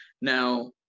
Now